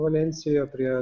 valensijoje prie